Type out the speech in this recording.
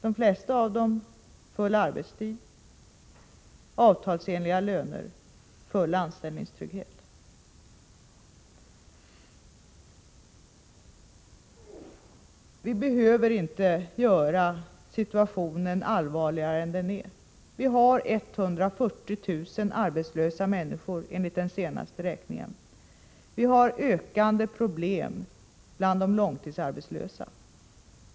De flesta av dem har full arbetstid, avtalsenliga löner och full anställningstrygghet. Man behöver inte framställa situationen som allvarligare än den är. Vi har 140 000 arbetslösa människor enligt den senaste räkningen. Vi har ökande problem bland de långtidsarbetslösa.